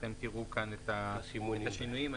אתם תראו כאן את סימוני השינויים.